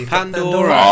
Pandora